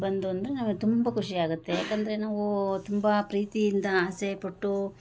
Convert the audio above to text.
ಬಂದವ ಅಂದರೆ ನಮಗೆ ತುಂಬ ಖುಷಿ ಆಗುತ್ತೆ ಯಾಕಂದರೆ ನಾವು ತುಂಬ ಪ್ರೀತಿಯಿಂದ ಆಸೆ ಪಟ್ಟು